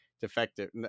defective